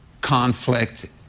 conflict